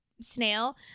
snail